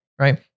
Right